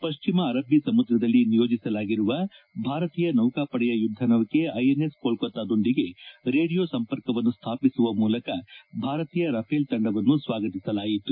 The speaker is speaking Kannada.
ಪಶ್ಚಿಮ ಅರಬ್ಬ ಸಮುದ್ರದಲ್ಲಿ ನಿಯೋಜಿಸಲಾಗಿರುವ ಭಾರತೀಯ ನೌಕಾಪಡೆಯ ಯುದ್ದನೌಕೆ ಐಎನ್ಎಸ್ ಕೋಲ್ತತ್ತಾದೊಂದಿಗೆ ರೇಡಿಯೊ ಸಂಪರ್ಕವನ್ನು ಸ್ವಾಪಿಸುವ ಮೂಲಕ ಭಾರತೀಯ ರಫೇಲ್ ತಂಡವನ್ನು ಸ್ವಾಗತಿಸಲಾಯಿತು